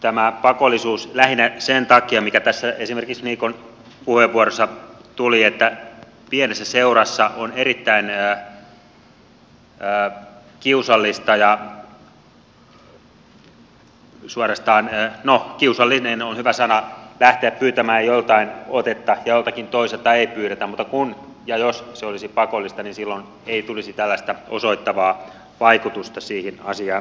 tämä pakollisuus lähinnä sen takia mikä tässä esimerkiksi niikon puheenvuorossa tuli että pienessä seurassa on erittäin kiusallista ja suorastaan no kiusallinen on hyvä sana lähteä pyytämään joltakin otetta ja joltakin toiselta ei pyydetä mutta kun ja jos se olisi pakollista niin silloin ei tulisi tällaista osoittavaa vaikutusta siihen asiaan ollenkaan